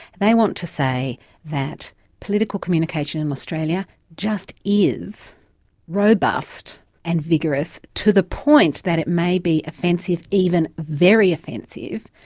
they want to say that political communication in australia just is robust and vigorous to the point that it may be offensive, even very offensive,